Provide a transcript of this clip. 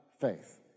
faith